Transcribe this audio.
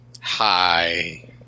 Hi